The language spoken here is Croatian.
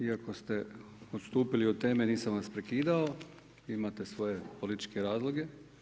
Iako ste odstupili od teme, nisam vas prekidao, imate svoje političke razloge.